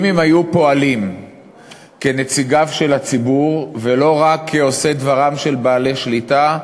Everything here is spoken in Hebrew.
אם הם היו פועלים כנציגיו של הציבור ולא רק כעושי דברם של בעלי שליטה,